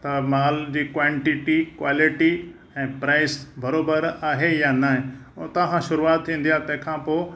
त माल जी क्वांटिटी क्वालिटी ऐं प्राइज़ बरोबर आहे या न हुतां खां शुरूआति थींदी आहे तंहिं खां पोइ